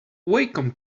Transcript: wacom